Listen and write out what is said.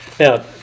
Now